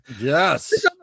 Yes